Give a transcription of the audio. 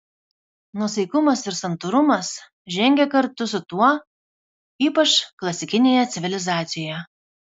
nuosaikumas ir santūrumas žengė kartu su tuo ypač klasikinėje civilizacijoje